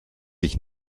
ich